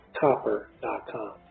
copper.com